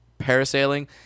parasailing